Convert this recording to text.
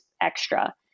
extra